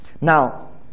Now